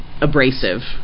abrasive